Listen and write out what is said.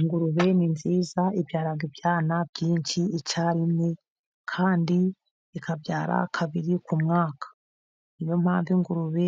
Ingurube ni nziza, ibyara ibyana byinshi icyarimwe kandi ikabyara kabiri ku mwaka. Ni yo mpamvu ingurube